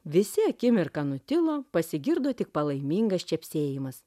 visi akimirką nutilo pasigirdo tik palaimingas čepsėjimas